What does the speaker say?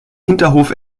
hinterhof